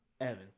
Evan